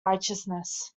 righteousness